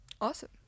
Awesome